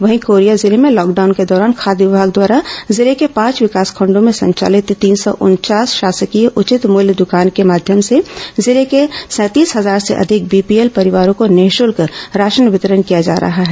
वहीं कोरिया जिले में लॉकडाउन के दौरान खाद्य विभाग द्वारा जिलों के पांचों विकासखंडों में संचालित तीन सौ उनचास शासकीय उचित मूल्य दुकान के माध्यम से जिले के सैंतीस हजार से अधिक बीपीएल परिवारों को निःशल्क राशन वितरण किया जा रहा है